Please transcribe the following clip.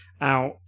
out